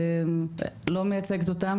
לא מייצגת אותם,